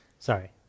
Sorry